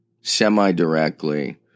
semi-directly